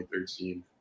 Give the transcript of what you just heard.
2013